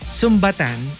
sumbatan